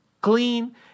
clean